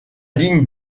ligne